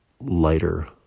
lighter